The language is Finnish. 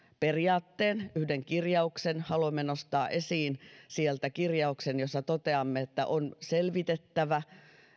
periaatteen yhden kirjauksen haluamme nostaa esiin sieltä kirjauksen jossa toteamme että on selvitettävä